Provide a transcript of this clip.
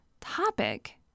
topic